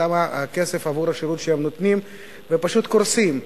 כסף עבור השירות שהם נותנים ופשוט קורסים.